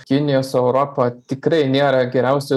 kinija su europa tikrai nėra geriausi